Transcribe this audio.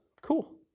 Cool